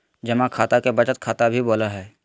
जमा खाता के बचत खाता भी बोलो हइ